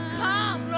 come